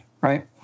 right